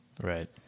Right